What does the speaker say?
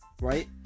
right